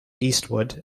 eastward